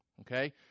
Okay